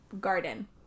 garden